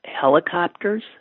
helicopters